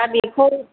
दा बेखौ